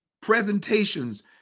presentations